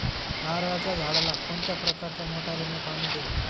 नारळाच्या झाडाला कोणत्या प्रकारच्या मोटारीने पाणी देऊ?